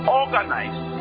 organize